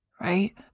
right